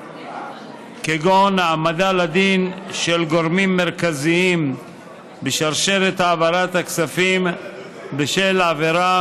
כגון העמדה לדין של גורמים מרכזיים בשרשרת העברת הכספים בשל עבירה